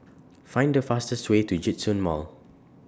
Find The fastest Way to Djitsun Mall